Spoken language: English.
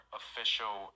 official